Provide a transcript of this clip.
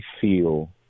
feel